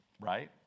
right